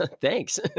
Thanks